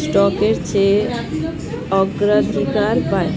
স্টকের চেয়ে অগ্রাধিকার পায়